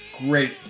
great